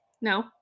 no